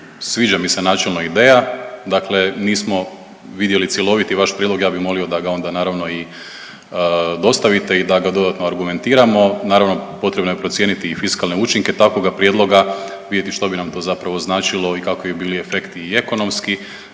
Sviđa mi se načelno ideja. Dakle, nismo vidjeli cjeloviti vaš prilog. Ja bih molio da ga onda naravno i dostavite i da ga dodatno argumentiramo. Naravno potrebno je procijeniti i fiskalne učinke takvoga prijedloga, vidjeti što bi nam to zapravo značilo i kakvi bi bili efekti i ekonomski.